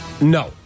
No